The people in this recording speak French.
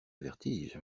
vertige